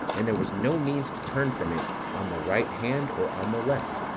and there was no means to turn from it on the right hand or on the left,